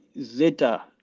zeta